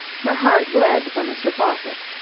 her heart bled for mr. faucitt.